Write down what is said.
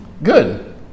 Good